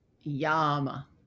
Yama